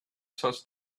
touched